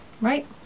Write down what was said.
right